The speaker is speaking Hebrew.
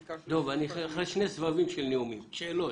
דב, אחרי שני סבבים של נאומים שאלות.